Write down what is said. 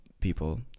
people